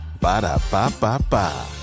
Ba-da-ba-ba-ba